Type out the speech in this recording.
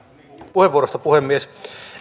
puheenvuorosta puhemies